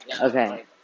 Okay